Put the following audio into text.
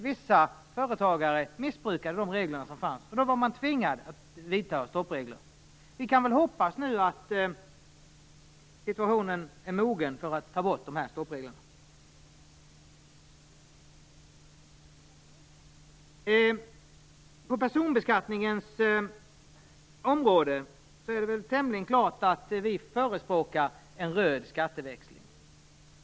Vissa företagare missbrukade de regler som fanns, därför tvingades man införa stoppregler. Vi kan hoppas att tiden nu är mogen för att ta bort dessa stoppregler. På personbeskattningens område är det tämligen klart att vi förespråkar en röd skatteväxling.